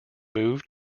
moved